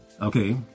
okay